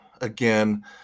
again